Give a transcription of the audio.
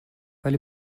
ولی